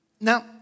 Now